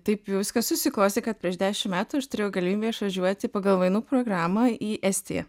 taip jau viskas susiklostė kad prieš dešim metų aš turėjau galimybę išvažiuoti pagal mainų programą į estiją